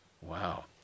wow